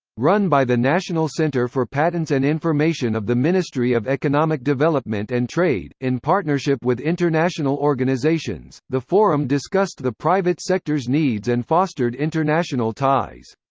run by the national centre for patents and information of the ministry of economic development and trade, in partnership with international organizations, the forum discussed the private sector's needs and fostered international ties.